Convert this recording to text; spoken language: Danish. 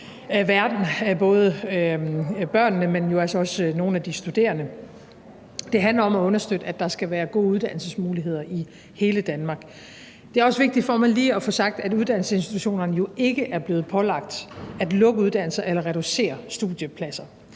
både for børnene, men jo også for nogle af de studerende. Det handler om at understøtte, at der skal være gode uddannelsesmuligheder i hele Danmark. Det er også vigtigt for mig lige at få sagt, at uddannelsesinstitutionerne jo ikke er blevet pålagt at lukke uddannelser eller reducere studiepladser,